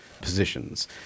positions